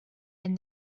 and